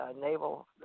naval